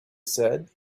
said